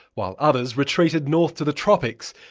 while others retreated north to the tropics,